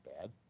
bad